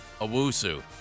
Awusu